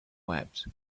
wept